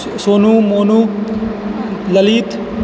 Sonu Monu Lalit